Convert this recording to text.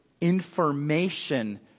information